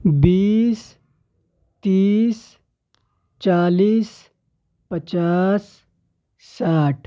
بیس تیس چالیس پچاس ساٹھ